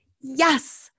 Yes